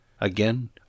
Again